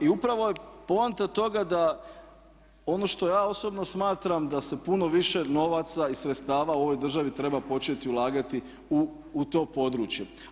I upravo je poanta toga da ono što ja osobno smatram da se puno više novaca i sredstava u ovoj državi treba početi ulagati u to područje.